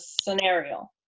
scenario